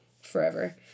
forever